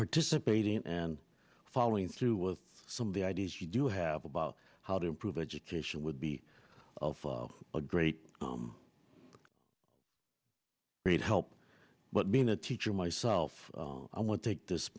participating and following through with some of the ideas you do have about how to improve education would be of a great great help but being a teacher myself i would take this